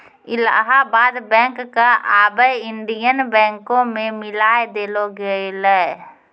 Allahabad bank क आबै Indian बैंको मे मिलाय देलो गेलै